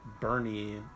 Bernie